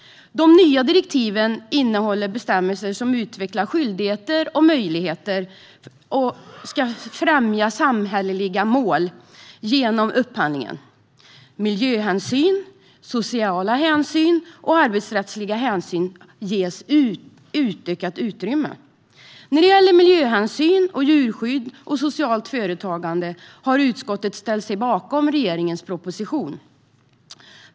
De nya direktiven innehåller bestämmelser som utvecklar skyldigheter och möjligheter, och de ska främja samhälleliga mål genom upphandlingen. Miljöhänsyn, sociala hänsyn och arbetsrättsliga hänsyn ges utökat utrymme. När det gäller miljöhänsyn, djurskydd och socialt företagande har utskottet ställt sig bakom regeringens proposition.